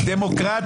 לומר,